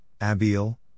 Abiel